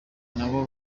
nabo